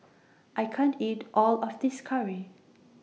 I can't eat All of This Curry